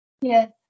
Yes